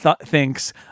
thinks